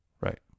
right